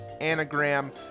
Anagram